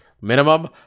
minimum